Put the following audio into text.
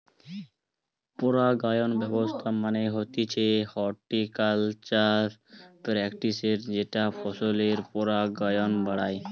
পরাগায়ন ব্যবস্থা মানে হতিছে হর্টিকালচারাল প্র্যাকটিসের যেটা ফসলের পরাগায়ন বাড়ায়